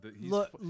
look